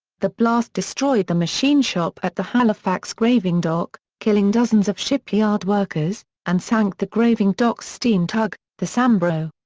the blast destroyed the machine shop at the halifax graving dock, killing dozens of shipyard workers, and sank the graving dock's steam tug, the sambro.